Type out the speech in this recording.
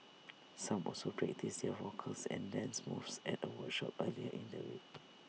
some also practised their vocals and dance moves at A workshop earlier in the week